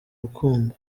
rukundo